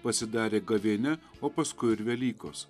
pasidarė gavėnia o paskui ir velykos